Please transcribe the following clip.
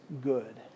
good